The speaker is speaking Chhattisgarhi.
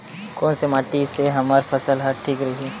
कोन से माटी से हमर फसल ह ठीक रही?